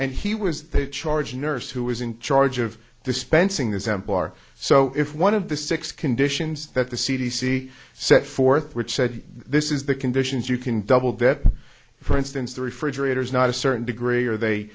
and he was the charge nurse who was in charge of dispensing the sample are so if one of the six conditions that the c d c set forth which said this is the conditions you can double that for instance the refrigerator is not a certain degree or they